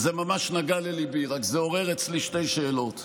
זה ממש נגע לליבי, רק זה עורר אצלי שתי שאלות.